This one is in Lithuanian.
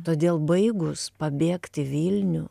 todėl baigus pabėgt į vilnių